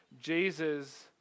Jesus